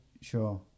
Sure